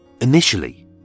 Initially